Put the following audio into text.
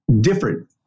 different